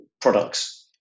products